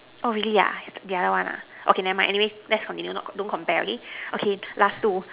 oh really ah the other one ah okay never mind anyway let's continue not don't compare okay okay last two